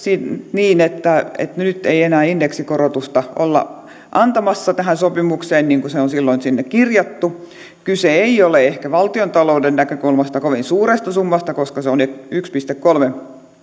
niin että nyt ei enää indeksikorotusta olla antamassa tähän sopimukseen niin kuin se on silloin sinne kirjattu kyse ei ole ehkä valtiontalouden näkökulmasta kovin suuresta summasta koska se on yksi pilkku kolme